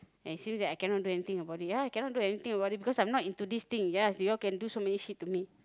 I assume that I cannot do anything about it ya I cannot do anything about it because I'm not into this thing ya you all can do so many shit to me